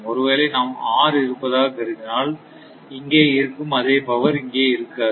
ஒருவேளை நாம் r இருப்பதாகக் கருதினால் இங்கே இருக்கும் அதே பவர் இங்கே இருக்காது